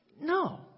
No